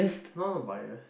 no not bias